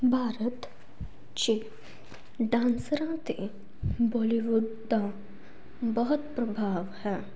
ਭਾਰਤ 'ਚ ਡਾਂਸਰਾਂ ਅਤੇ ਬੋਲੀਵੁੱਡ ਦਾ ਬਹੁਤ ਪ੍ਰਭਾਵ ਹੈ